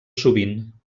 sovint